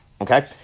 Okay